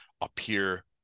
appear